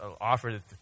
offered